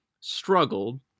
struggled